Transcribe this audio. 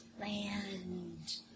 land